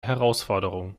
herausforderung